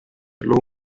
los